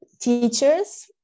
teachers